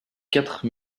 quatre